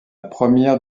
première